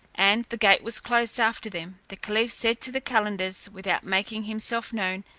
and the gate was closed after them, the caliph said to the calenders, without making himself known,